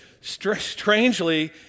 Strangely